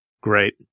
Great